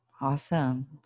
Awesome